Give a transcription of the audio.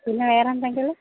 പിന്നെ വേറെ എന്തെങ്കിലും